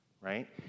right